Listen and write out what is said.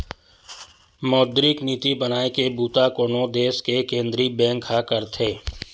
मौद्रिक नीति बनाए के बूता कोनो देस के केंद्रीय बेंक ह करथे